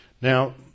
Now